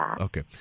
Okay